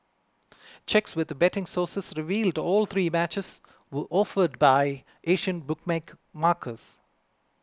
checks with betting sources revealed all three matches were offered by Asian bookmaker markers